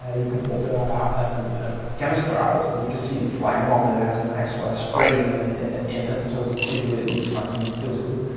ah you can put the canister out. you can see it's flying off, and it has an extra spring in it so visually it looks nice and it feels good.